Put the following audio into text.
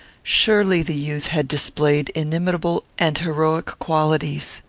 surely the youth had displayed inimitable and heroic qualities.